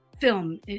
film